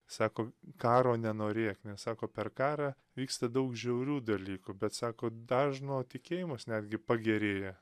sako karo nenorėk nes sako per karą vyksta daug žiaurių dalykų bet sako dažno tikėjimas netgi pagerėja